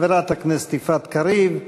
חברת הכנסת יפעת קריב,